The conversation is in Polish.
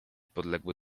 podległy